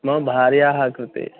मम भार्याकृते